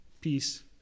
peace